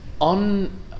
On